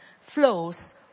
flows